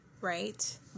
right